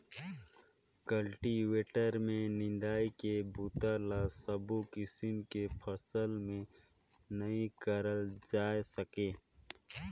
cultivator में निंदई के बूता ल सबो किसम के फसल में नइ करल जाए सके